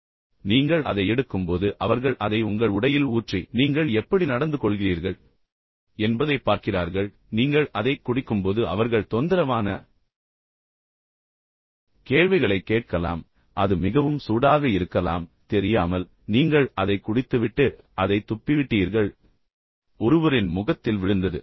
பின்னர் நீங்கள் அதை எடுக்கும்போது அவர்கள் அதை உங்கள் உடையில் ஊற்றி நீங்கள் எப்படி நடந்துகொள்கிறீர்கள் என்பதைப் பார்க்கிறார்கள் அல்லது நீங்கள் அதைக் குடிக்கும்போது அவர்கள் தொந்தரவான கேள்விகளைக் கேட்கலாம் அல்லது அது மிகவும் சூடாக இருக்கலாம் தெரியாமல் நீங்கள் அதை குடித்துவிட்டு பின்னர் அதை துப்பிவிட்டீர்கள் ஒருவரின் முகத்தில் விழுந்தது